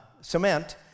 cement